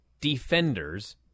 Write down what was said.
Defenders